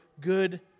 good